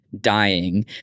dying